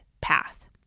path